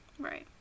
Right